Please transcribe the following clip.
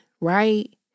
right